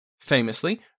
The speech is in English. Famously